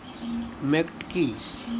Maggot কি?